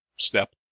step